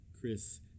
Chris